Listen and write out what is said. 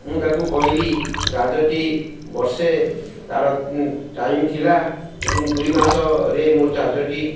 ମୁଁ ତାକୁ କହିଲି ଚାର୍ଜରଟି ବର୍ଷେ ତାର ଟାଇମ ଥିଲା କିନ୍ତୁ ଦୁଇ ମାସରେ ମୋର ଚାର୍ଜରଟି